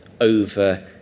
over